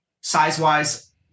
Size-wise